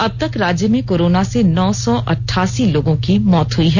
अब तक राज्य में कोरोना से नौ सौ अठासी लोगों की मौत हुई हैं